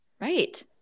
Right